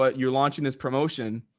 but you're launching this promotion.